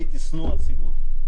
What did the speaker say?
הייתי שנוא הציבור.